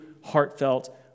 heartfelt